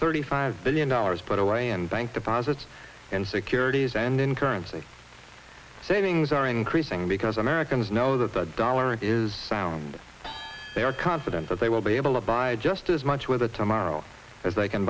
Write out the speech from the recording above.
thirty five billion dollars but iranian bank deposits and securities and in currency savings are increasing because americans know that the dollar is sound they are confident that they will be able to buy just as much with a tomorrow as